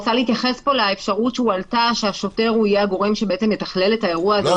להתייחס לאפשרות שהועלתה שהשוטר יהיה הגורם שיתכלל את האירוע הזה.